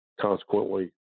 consequently